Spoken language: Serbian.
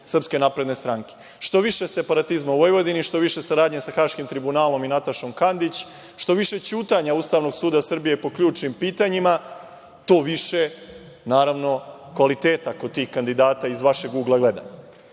po mišljenju SNS. Što više separatizma u Vojvodini, što više saradnje sa Haškim tribunalom i Natašom Kandić, što više ćutanja Ustavnog suda Srbije po ključnim pitanjima, to više, naravno, kvaliteta kod tih kandidata, iz vašeg ugla